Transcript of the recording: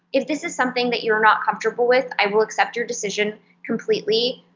if this is something that you're not comfortable with, i will accept your decision completely.